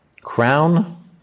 Crown